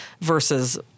versus